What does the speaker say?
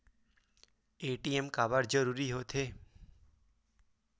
ATM काबर जरूरी हो थे?